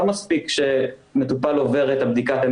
לא מספיק שמטופל עובר את הבדיקה,